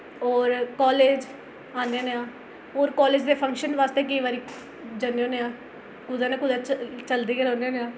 और कालेज औन्ने होन्ने आं और कालेज दे फंक्शन आस्तै केईं बारी जन्ने होने आं कुतै न कुतै चलदे गै रौह्न्ने होन्ने आं